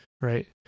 right